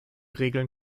regeln